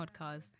podcast